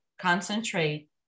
concentrate